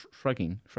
Shrugging